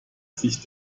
sich